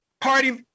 party